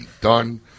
done